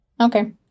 Okay